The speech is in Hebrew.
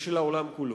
והעולם כולו.